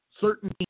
Certain